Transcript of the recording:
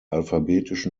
alphabetisch